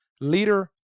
leader